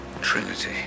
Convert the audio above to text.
Trinity